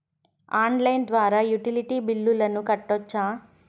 Online ద్వారా utility బిల్లులను కట్టొచ్చా?